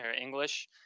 English